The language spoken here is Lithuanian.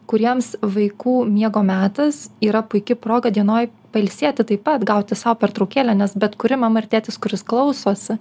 kuriems vaikų miego metas yra puiki proga dienoj pailsėti taip pat gauti sau pertraukėlę nes bet kuri mama ar tėtis kuris klausosi